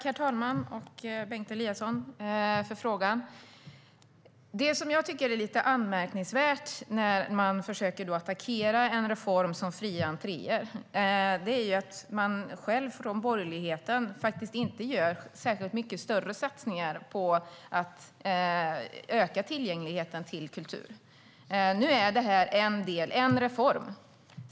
Herr talman! Jag tackar Bengt Eliasson för frågan. Det jag tycker är lite anmärkningsvärt när man försöker attackera en reform som den med fri entré är att man från borgerlighetens sida faktiskt inte gör särskilt mycket större satsningar på att öka tillgängligheten till kultur. Nu är det här en del - en reform.